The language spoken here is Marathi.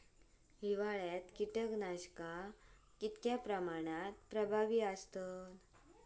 हिवाळ्यात कीटकनाशका कीतक्या प्रमाणात प्रभावी असतत?